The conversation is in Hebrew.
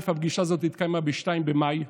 הפגישה הזאת התקיימה ב-2 במאי,